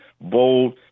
bold